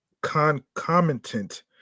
concomitant